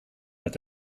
met